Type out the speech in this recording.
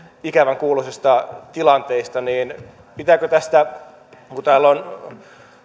ikävän kuuloisista tilanteista niin pitääkö tästä kun kun täällä on